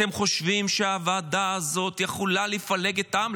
אתם חושבים שהוועדה הזאת יכולה לפלג את העם?